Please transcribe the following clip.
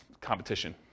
competition